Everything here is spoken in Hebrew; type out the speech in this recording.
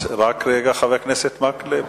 רק רגע, חבר הכנסת מקלב.